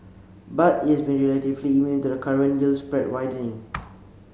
but it has been relatively immune to the current yield spread widening